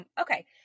Okay